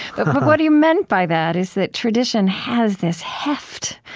but but what he meant by that is that tradition has this heft.